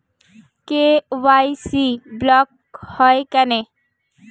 KYC block হয় কেনে?